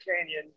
Canyon